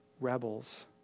rebels